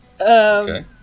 Okay